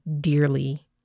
dearly